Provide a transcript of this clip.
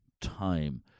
time